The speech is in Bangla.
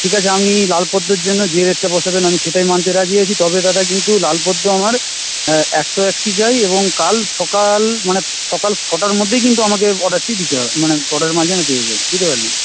ঠিক আছে আপনি লাল পদ্মর জন্য যে রেটটা বসাবেন আমি সেটাই মানতে রাজি আছি তবে দাদা কিন্তু লাল পদ্ম আমার একশো একটি চাই এবং কাল সকাল মানে সকাল ছটার মধ্যেই কিন্তু আমাকে অর্ডারটি দিতে হবে মানে অর্ডারের মাল যেন পেয়ে যাই বুঝতে পারলেন